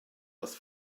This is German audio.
das